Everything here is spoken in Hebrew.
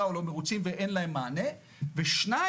או לא מרוצים ואין להם מענה; ושתיים,